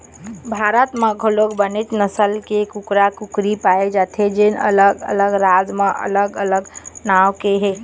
भारत म घलोक बनेच नसल के कुकरा, कुकरी पाए जाथे जेन अलग अलग राज म अलग अलग नांव के हे